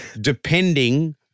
depending